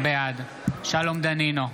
בעד שלום דנינו,